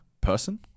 person